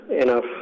enough